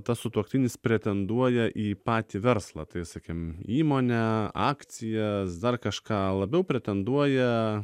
tas sutuoktinis pretenduoja į patį verslą tai sakykim įmonę akcijas dar kažką labiau pretenduoja